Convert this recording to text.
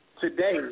today